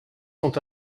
sont